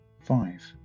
Five